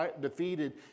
defeated